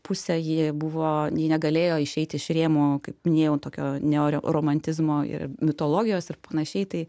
pusę ji buvo ji negalėjo išeiti iš rėmų kaip minėjau tokio neoromantizmo ir mitologijos ir panašiai tai